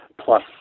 plus